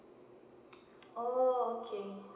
orh okay